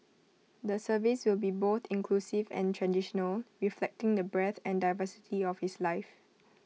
the service will be both inclusive and traditional reflecting the breadth and diversity of his life